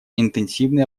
интенсивные